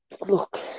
Look